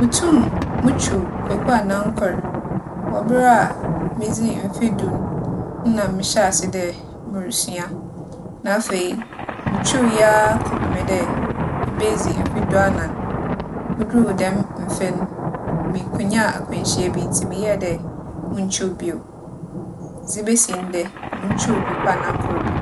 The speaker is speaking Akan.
Mutum mutwuw kwekuanankor. Wͻ ber a midzii mfe du no nna mehyɛɛ ase dɛ murusua. Na afei, mutwuwii ara kͻpem dɛ mibedzi mfe duanan. Mudur dɛm mfe no, mikonyaa akwanhyia bi ntsi meyɛɛ dɛ munntwuw bio. Dze besi ndɛ, munntwuuw kwekuanankor bio.